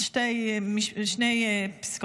שתי פסקאות.